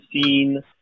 seen